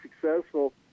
successful